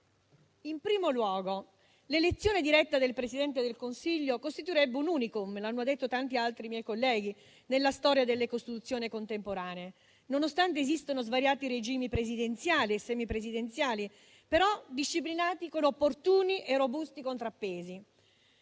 In primo luogo, l'elezione diretta del Presidente del Consiglio costituirebbe un *unicum* - l'hanno detto tanti altri miei colleghi - nella storia delle Costituzioni contemporanee, nonostante esistano svariati regimi presidenziali e semipresidenziali, però disciplinati con opportuni e robusti contrappesi.